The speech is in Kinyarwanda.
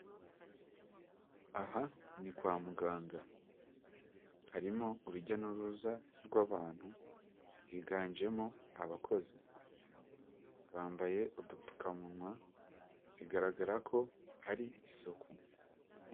Aha ni kwa muganga. Harimo urujya n'uruza rw'abantu, higanjemo abakozi. Bambaye udupfukamunwa, bigaragara ko hari isuku.